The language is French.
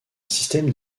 système